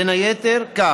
בין היתר, כך: